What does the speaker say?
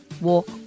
walk